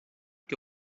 que